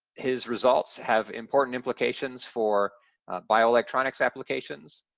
his results have important implications for bioelectronics applications,